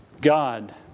God